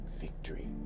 victory